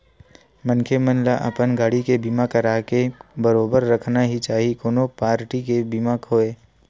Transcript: मनखे मन ल अपन गाड़ी के बीमा कराके बरोबर रखना ही चाही कोनो पारटी के बीमा होवय